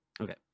Okay